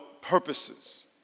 purposes